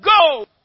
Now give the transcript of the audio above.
go